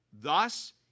Thus